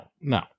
no